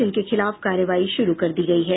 जिनके खिलाफ कार्रवाई शुरू कर दी गयी है